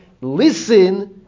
listen